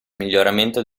miglioramento